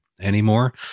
Anymore